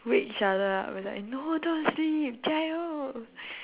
wake each other up and like no don't sleep jiayou